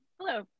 Hello